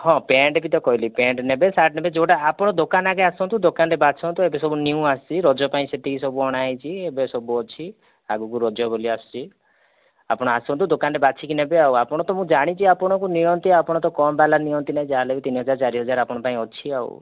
ହଁ ପ୍ୟାଣ୍ଟ ବି ତ କହିଲି ପ୍ୟାଣ୍ଟ ନେବେ ସାର୍ଟ ନେବେ ଯେଉଁଟା ଆପଣ ଦୋକାନ ଆଗେ ଆସନ୍ତୁ ଦୋକାନରେ ବାଛନ୍ତୁ ଏବେ ସବୁ ନ୍ୟୁ ଆସିଛି ରଜ ପାଇଁ ସେତିକି ସବୁ ଅଣାଯାଇଛି ଏବେ ସବୁଅଛି ଆଗକୁ ରଜ ବୋଲି ଆସୁଛି ଆପଣ ଆସନ୍ତୁ ଦୋକାନରେ ବାଛି କି ନେବେ ଆଉ ଆପଣ ତ ମୁଁ ଜାଣିଛି ଆପଣ ନିୟନ୍ତି ଆପଣ ତ କମ୍ ବାଲା ନିଅନ୍ତି ନାହିଁ ଯାହାହେଲେ ବି ତିନି ହଜାର ଚାରି ହଜାର ଆପଣଙ୍କ ପାଇଁ ଅଛି ଆଉ